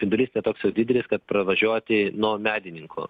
spindulys ne toks jau didelis kad pravažiuoti nuo medininkų